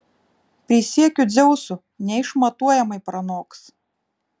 prisiekiu dzeusu neišmatuojamai pranoks